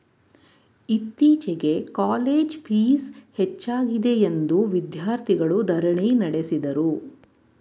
ಇತ್ತೀಚೆಗೆ college fees ಹೆಚ್ಚಾಗಿದೆಯೆಂದು ವಿದ್ಯಾರ್ಥಿಗಳು ಧರಣಿ ನಡೆಸಿದರು